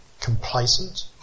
complacent